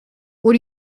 what